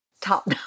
top